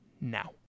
now